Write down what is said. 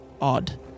odd